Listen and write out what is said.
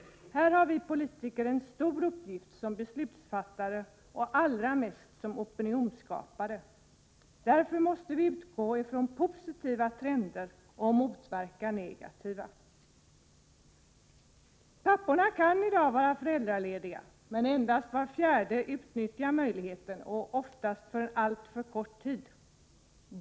Här har vi politiker en stor uppgift som beslutsfattare och allra mest som opinionsskapare. Därför måste vi utgå från positiva trender och motverka negativa. Papporna kan i dag vara föräldralediga, men endast var fjärde pappa utnyttjar den möjligheten, och då oftast för en alltför kort tid.